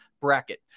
bracket